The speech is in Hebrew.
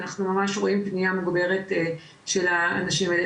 אנחנו ממש רואים פנייה מוגברת של האנשים האלה.